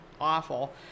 awful